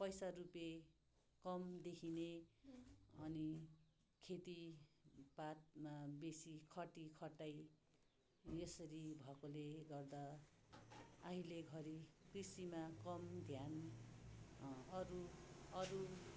पैसा रुपियाँ कम देखिने अनि खेतीपातमा बेसी खटिखटाइ यसरी भएकोले गर्दा अहिले घरी कृषिमा कम ध्यान अरू अरू